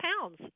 pounds